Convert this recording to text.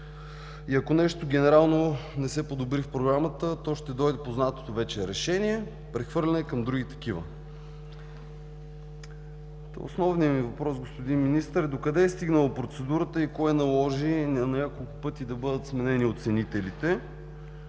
И ако нещо генерално не се подобри в програмата, то ще дойде познатото вече решение – прехвърляне към други такива. Основният ми въпрос, господин Министър, е: докъде е стигнала процедурата и кое наложи на няколко пъти да бъдат сменени оценителите?